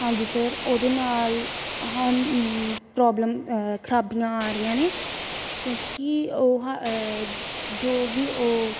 ਹਾਂਜੀ ਸਰ ਉਹਦੇ ਨਾਲ ਹੁਣ ਪ੍ਰੋਬਲਮ ਖ਼ਰਾਬੀਆਂ ਆ ਰਹੀਆਂ ਨੇ ਕਿਉਂਕਿ ਉਹ ਜੋ ਵੀ ਉਹ